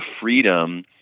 freedom